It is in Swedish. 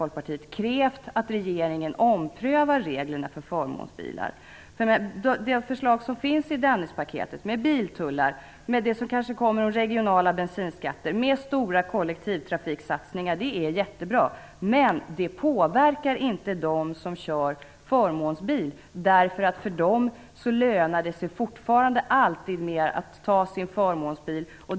Folkpartiet, krävt att regeringen omprövar reglerna för förmånsbilar. De förslag som finns i Dennispaketet med biltullar, eventuella regionala bensinskatter och stora kollektivtrafiksatsningar är jättebra, men de påverkar inte dem som kör förmånsbil. För dem lönar det sig fortfarande att ta sin förmånsbil.